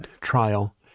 trial